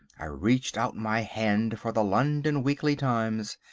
i reached out my hand for the london weekly times,